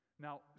Now